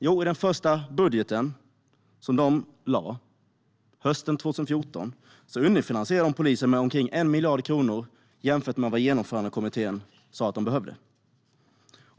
Jo, i den första budgeten som de lade hösten 2014 underfinansierade de polisen med omkring 1 miljard kronor jämfört med vad Genomförandekommittén sa behövdes.